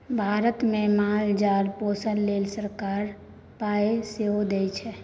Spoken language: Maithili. भारतमे माल जाल पोसय लेल सरकार पाय सेहो दैत छै